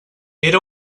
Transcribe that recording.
era